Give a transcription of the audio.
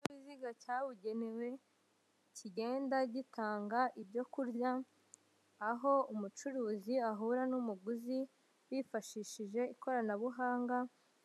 Ikinyabiziga cy'abugenewe kigenda gitanga ibyo kurya aho umucuruzi ahura n'umuguzi wifashishije ikoranabuhanga